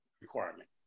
requirement